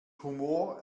humor